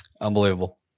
Unbelievable